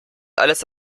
alles